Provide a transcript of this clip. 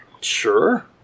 Sure